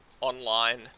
online